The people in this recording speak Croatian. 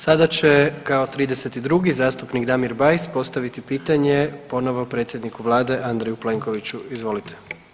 Sada će kao 32. zastupnik Damir Bajs postaviti pitanje ponovo predsjedniku vlade Andreju Plenkoviću, izvolite.